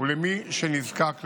ולמי שנזקק לכך.